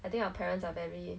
I think our parents are very